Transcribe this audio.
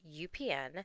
UPN